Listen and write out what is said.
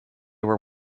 were